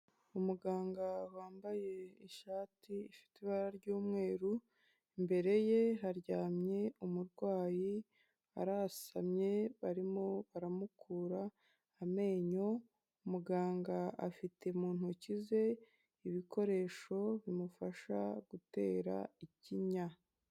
Umuganga wambaye ishati ifite ibara ry'umweru, imbere ye haryamye umurwayi arasamye barimo baramukura amenyo, muganga afite mu ntoki ze ibikoresho bimufasha gutera ikinya.